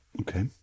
Okay